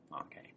Okay